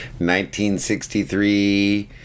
1963